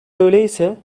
öyleyse